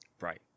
Right